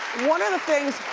one of the things